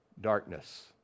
darkness